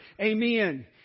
Amen